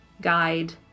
guide